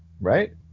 right